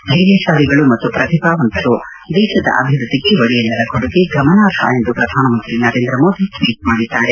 ಧೈರ್ಯತಾಲಿಗಳು ಮತ್ತು ಪ್ರತಿಭಾವಂತರು ದೇತದ ಅಭಿವೃದ್ದಿಗೆ ಒಡಿಯನ್ನರ ಕೊಡುಗೆ ಗಮಾನಾರ್ಹ ಎಂದು ಪ್ರಧಾನಮಂತ್ರಿ ನರೇಂದ್ರಮೋದಿ ಟ್ವೀಟ್ ಮಾಡಿದ್ದಾರೆ